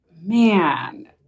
man